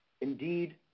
Indeed